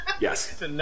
Yes